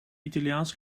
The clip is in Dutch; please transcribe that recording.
italiaans